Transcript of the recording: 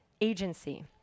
agency